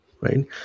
right